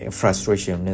frustration